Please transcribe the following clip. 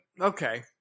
okay